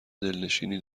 دلنشینی